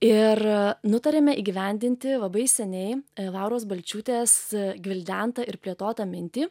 ir nutarėme įgyvendinti labai seniai lauros balčiūtės gvildentą ir plėtotą mintį